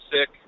sick